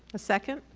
a second?